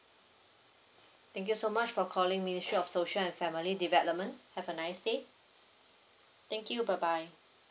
thank you so much for calling ministry of social and family development have a nice day thank you bye bye